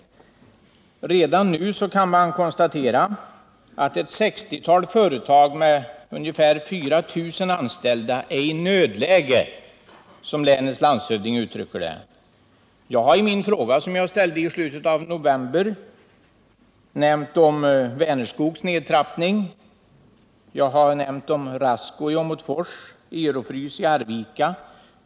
Redan nu kan man konstatera att ett 60 tal företag med ungefär 4 000 anställda är i ”nödläge”, som länets hövding uttrycker det. I den fråga jag ställde i slutet av november nämns Vänerskogs nedtrappning. Jag har omnämnt Rasco i Åmotfors, Ero-Frys i Arvika.